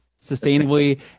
sustainably